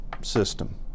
system